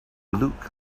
look